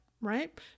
right